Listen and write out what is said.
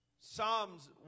Psalms